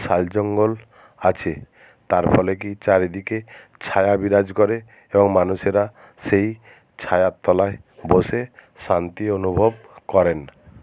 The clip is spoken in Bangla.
শাল জঙ্গল আছে তার ফলে কি চারদিকে ছায়া বিরাজ করে এবং মানুষেরা সেই ছায়ার তলায় বসে শান্তি অনুভব করেন